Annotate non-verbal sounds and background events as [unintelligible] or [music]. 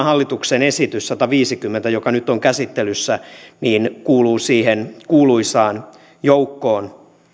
[unintelligible] hallituksen esitys sataviisikymmentä joka nyt on käsittelyssä kuuluu siihen kuuluisaan joukkoon